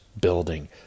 building